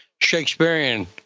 Shakespearean